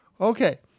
Okay